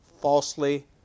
falsely